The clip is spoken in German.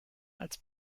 als